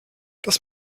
das